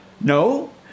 No